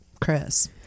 Chris